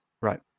Right